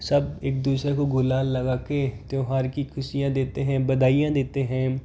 सब एक दूसरे को गुलाल लगाकर त्यौहार की खुशियां देते है बधाइयाँ देते हैं